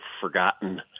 forgotten